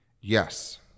yes